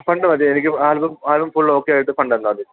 fund മതി എനിക്ക് ഈ ആൽബം ആൽബം ഫുൾ ഓക്കെ ആയിട്ട് ഫണ്ട് തന്നാൽ മതി